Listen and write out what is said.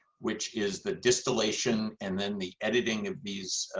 which is the distillation and then the editing of these